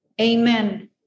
Amen